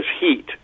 heat